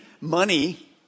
money